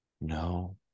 No